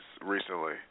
recently